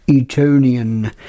Etonian